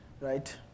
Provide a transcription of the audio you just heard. right